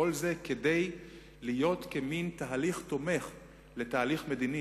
כל זה כדי להיות כמין תהליך תומך לתהליך מדיני,